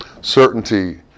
Certainty